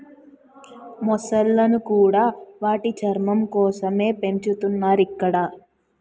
మొసళ్ళను కూడా వాటి చర్మం కోసమే పెంచుతున్నారు ఇక్కడ